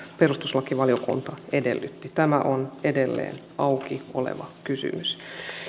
perustuslakivaliokunta edellytti tämä on edelleen auki oleva kysymys